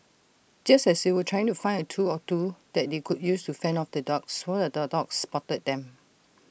just as they were trying to find A tool or two that they could use to fend off the dogs one of the dogs spotted them